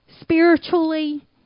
spiritually